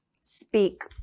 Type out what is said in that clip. speak